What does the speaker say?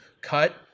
cut